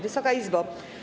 Wysoka Izbo!